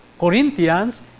Corinthians